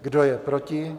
Kdo je proti?